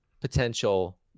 potential